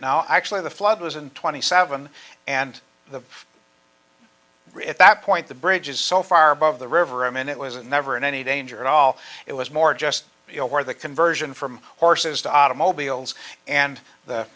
now actually the flood was in twenty seven and the rate at that point the bridge is so far above the river and it was never in any danger at all it was more just you know where the conversion from horses to automobiles and the